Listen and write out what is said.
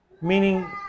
Meaning